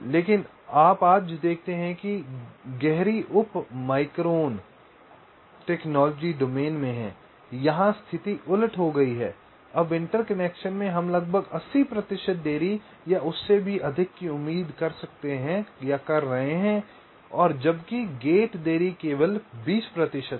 लेकिन आप आज देखते हैं कि आप गहरी उप माइक्रोन टेक्नोलॉजी डोमेन में हैं यहां स्थिति उलट हो गई है अब इंटरकनेक्शन में हम लगभग 80 प्रतिशत देरी या उससे भी अधिक की उम्मीद कर रहे हैं और जबकि गेट देरी केवल 20 प्रतिशत है